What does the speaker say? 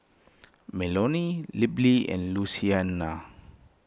Melonie Libby and Lucina